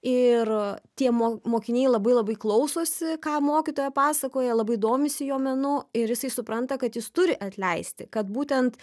ir tie mo mokiniai labai labai klausosi ką mokytoja pasakoja labai domisi jo menu ir jisai supranta kad jis turi atleisti kad būtent